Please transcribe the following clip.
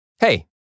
Hey